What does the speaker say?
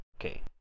Okay